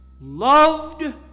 loved